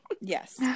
Yes